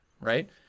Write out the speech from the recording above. right